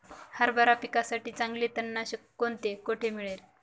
हरभरा पिकासाठी चांगले तणनाशक कोणते, कोठे मिळेल?